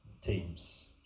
teams